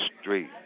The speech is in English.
street